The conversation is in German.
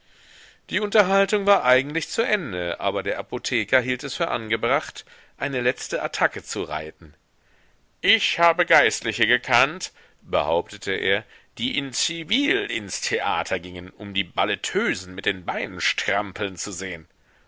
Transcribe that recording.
die unterhaltung war eigentlich zu ende aber der apotheker hielt es für angebracht eine letzte attacke zu reiten ich habe geistliche gekannt behauptete er die in zivil ins theater gingen um die balletteusen mit den beinen strampeln zu sehen